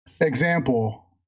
Example